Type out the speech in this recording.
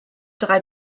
drei